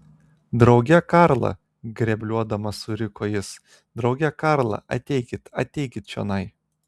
drauge karla grebluodamas suriko jis drauge karla ateikit ateikit čionai